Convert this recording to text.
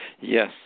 Yes